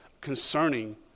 concerning